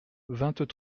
vingt